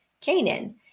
Canaan